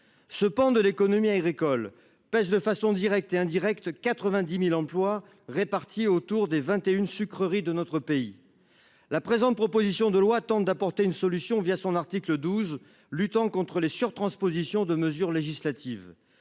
Ce pan de l'économie agricole pèse de façon directe et indirecte 90.000 employes répartis autour des 21 sucrerie de notre pays. La présente, proposition de loi tente d'apporter une solution via son article 12 luttant contre les surtranspositions de mesures législatives